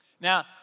Now